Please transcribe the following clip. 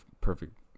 perfect